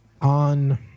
On